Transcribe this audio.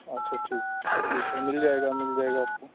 अच्छा ठीक ठीक है मिल जाएगा मिल जाएगा आपको